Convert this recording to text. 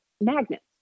magnets